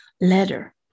letter